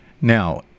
Now